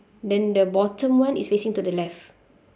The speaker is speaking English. then the bottom one is facing to the left